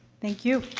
thank you.